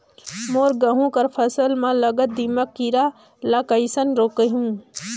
मोर गहूं कर फसल म लगल दीमक कीरा ला कइसन रोकहू?